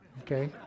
okay